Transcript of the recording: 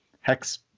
hex